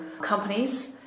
companies